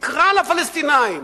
תקרא לפלסטינים,